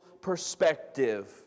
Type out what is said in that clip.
perspective